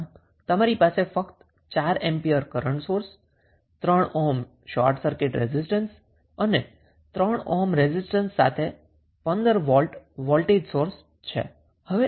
આમ તમારી પાસે ફક્ત 4 ampere current source 3 ohm short circuit resistance અને 3 ઓહ્મ રેઝિસ્ટન્સ સાથે સીરીઝમાં 15 વોલ્ટ વોલ્ટેજ સોર્સ છે